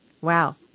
wow